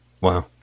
Wow